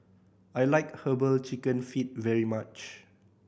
I like Herbal Chicken Feet very much